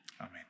Amen